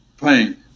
pain